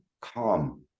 calm